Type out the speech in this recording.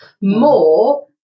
more